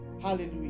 hallelujah